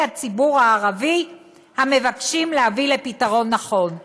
הציבור הערבי המבקשים להביא לפתרון נכון".